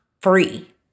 free